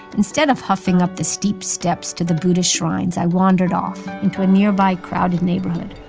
instead of huffing up the steep steps to the buddha shrines, i wandered off into a nearby crowded neighborhood